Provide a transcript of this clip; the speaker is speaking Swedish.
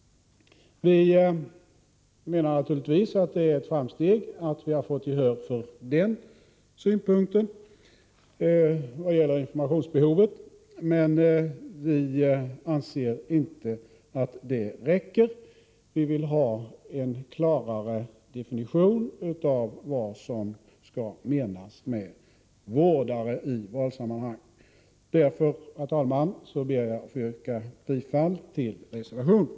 Vi tycker naturligtvis att det är ett framsteg att vi har fått gehör för våra synpunkter när det gäller informationsbehovet, men vi anser inte att det räcker. Vi vill ha en klarare definition av vad som menas med vårdare i valsammanhang. Därför, herr talman, ber jag att få yrka bifall till reservationen.